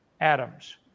atoms